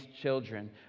children